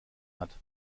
hat